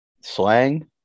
Slang